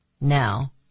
Now